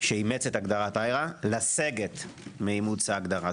שאימץ את הגדרת IHRA לסגת מאימוץ ההגדרה.